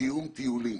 לתיאום טיולים.